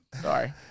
sorry